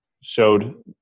showed